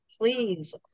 please